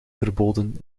verboden